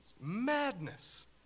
Madness